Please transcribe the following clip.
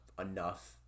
enough